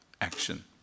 action